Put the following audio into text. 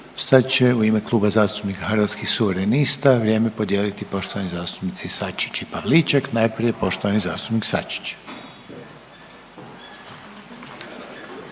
Sad će u ime zastupnika Hrvatskih suverenista vrijeme podijeliti poštovani zastupnici Sačić i Pavliček. Najprije poštovani zastupnik Sačić.